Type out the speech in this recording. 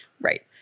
Right